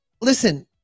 Listen